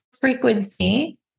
frequency